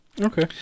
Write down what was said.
Okay